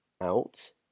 out